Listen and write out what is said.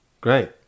great